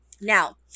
Now